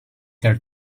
their